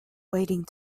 waiting